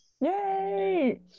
yay